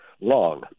long